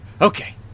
Okay